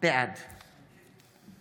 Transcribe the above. בעד אני פה.